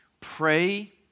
pray